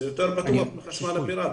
זה יותר בטוח מחשמל פירטי.